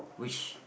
which